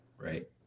right